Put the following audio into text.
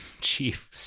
Chief